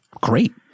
great